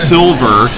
Silver